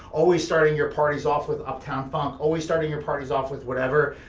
always starting your parties off with uptown funk, always starting your parties off with whatever.